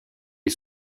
est